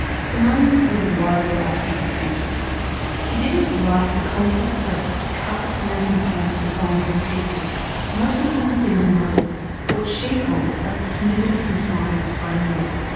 simone was worried about parentsnext. she didn't like the constant threats to cut the parenting payments of vulnerable people most of them single mothers what she calls a punitive compliance framework.